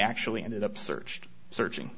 actually ended up searched searching